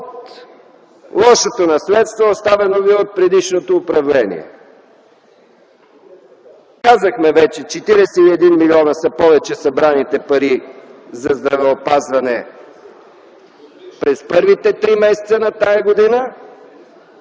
от лошото наследство, оставено ви от предишното управление. Казахме вече, че 41 милиона са повече събраните пари за здравеопазване през първите три месеца на тази година.